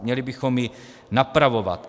Měli bychom ji napravovat.